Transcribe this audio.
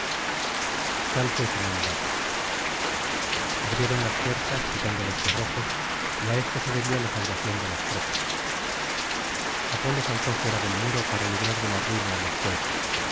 tal fué su mandato abrieron las puertas quitando los cerrojos y á esto se debió la salvación de las tropas apolo saltó fuera del muro para librar de la ruina á los teucros